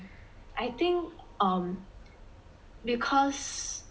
I think um because